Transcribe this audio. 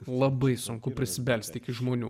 labai sunku prisibelsti iki žmonių